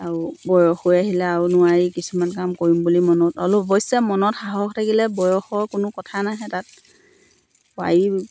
আৰু বয়স হৈ আহিলে আৰু নোৱাৰি কিছুমান কাম কৰিম বুলি মনত অলপ অৱশ্যে মনত সাহস থাকিলে বয়সৰ কোনো কথা নাহে তাত পাৰি